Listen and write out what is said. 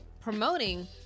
promoting